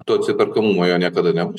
to atsiperkamumo jo niekada nebus